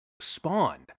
spawned